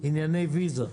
ענייני ויזות.